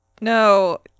No